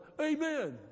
amen